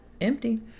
Empty